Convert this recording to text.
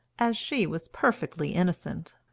as she was perfectly innocent.